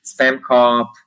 SpamCop